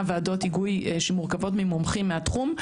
ועדות היגוי שמורכבות ממומחים מהתחום,